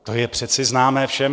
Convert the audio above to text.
To je přece známé nám všem.